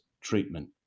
treatment